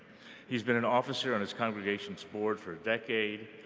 he's been an officer on his congregation's board for a decade